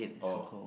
oh